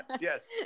yes